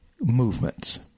movements